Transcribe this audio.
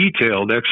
detailed